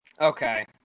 Okay